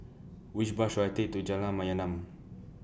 Which Bus should I Take to Jalan Mayaanam